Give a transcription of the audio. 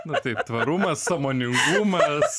na taip tvarumas sąmoningumas